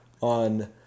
on